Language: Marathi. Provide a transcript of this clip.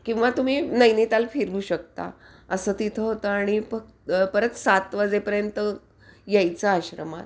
किंवा तुम्ही नैनिताल फिरू शकता असं तिथं होतं आणि फक् परत सात वाजेपर्यंत यायचं आश्रमात